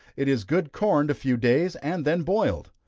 it is good corned a few days, and then boiled.